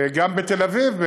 גם בתל-אביב,